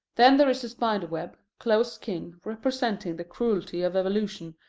then there is the spider web, close kin, representing the cruelty of evolution,